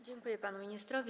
Dziękuję panu ministrowi.